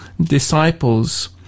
disciples